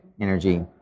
Energy